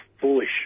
foolish